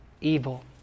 evil